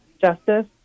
justice